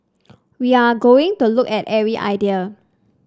we are going to look at every idea